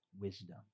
wisdom